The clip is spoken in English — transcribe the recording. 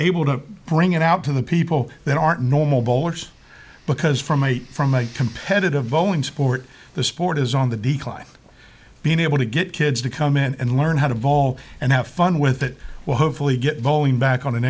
able to bring it out to the people there are normal bowlers because from a from a competitive boeing sport the sport is on the decline been able to get kids to come in and learn how to evolve and have fun with it well hopefully get knowing back on an